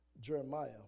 Jeremiah